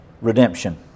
redemption